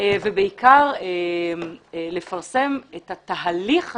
ובעיקר לפרסם את התהליך עצמו,